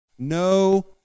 No